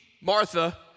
Martha